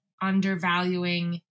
undervaluing